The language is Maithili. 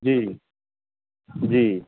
जी जी